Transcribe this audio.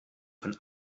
von